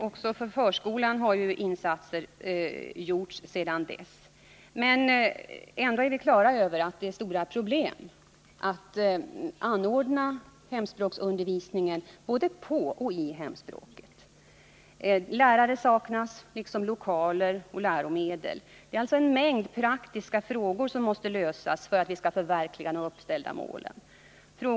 Också för förskolan har insatser gjorts sedan dess. Ändå är vi klara över att det är förenat med stora problem att anordna hemspråksundervisningen på och i hemspråket. Lärare Nr 56 saknas liksom lokaler och läromedel. Det är alltså en mängd praktiska Tisdagen den problem som måste lösas för att vi skall kunna förverkliga de uppställda 18 december 1979 målen.